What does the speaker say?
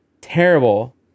terrible